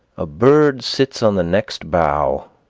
a bird sits on the next bough,